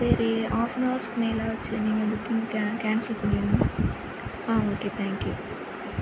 சரி ஆஃப்னவர்ஸ்சுக்கு மேலே ஆச்சு நீங்கள் புக்கிங் கேன் கேன்சல் பண்ணிவிடுங்க ஓகே தேங் யூ